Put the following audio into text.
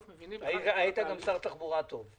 היית גם שר תחבורה טוב.